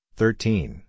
thirteen